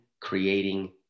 creating